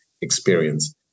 experience